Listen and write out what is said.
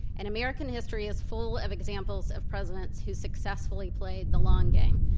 and american history is full of examples of presidents who successfully played the long game.